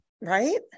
Right